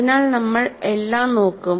അതിനാൽ നമ്മൾ എല്ലാം നോക്കും